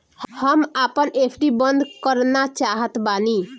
हम आपन एफ.डी बंद करना चाहत बानी